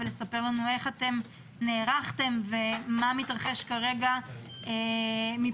שתספר לנו איך נערכתם ומה מתרחש כרגע מבחינת